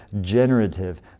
generative